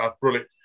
Brilliant